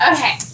Okay